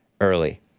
early